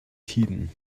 tiden